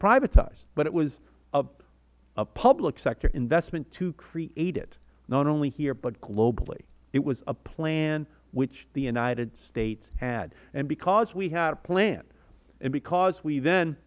privatized but it was a public sector investment to create it not only here but globally it was a plan which the united states had and because we had a plan and because we then